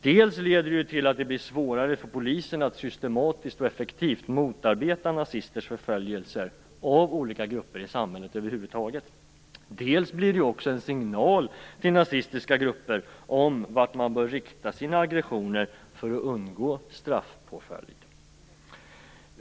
Dels leder det till att det blir svårare för polisen att systematiskt och effektivt motarbeta nazisters förföljelser av olika grupper i samhället över huvud taget, dels blir det en signal till nazistiska grupper om vart man bör rikta sina aggressioner för att undgå straffpåföljd.